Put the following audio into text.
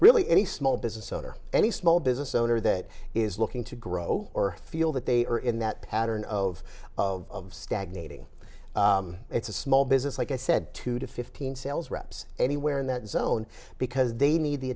really any small business owner any small business owner that is looking to grow or feel that they are in that pattern of of stagnating it's a small business like i said two to fifteen sales reps anywhere in the zone because they need the